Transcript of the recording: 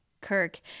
Kirk